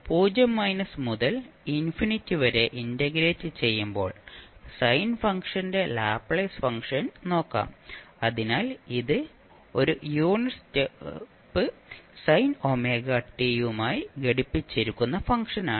0 minus മുതൽ infinity വരെ integrate ചെയ്യുമ്പോൾ സൈൻ ഫംഗ്ഷന്റെ ലാപ്ലേസ് ഫംഗ്ഷൻ നോക്കാം അതിനാൽ ഇത് ഒരു unit step sine omega T യുമായി ഘടിപ്പിച്ചിരിക്കുന്ന ഫംഗ്ഷനാണ്